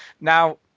Now